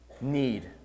need